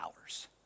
hours